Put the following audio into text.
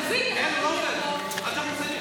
תביא את הח"כים לפה.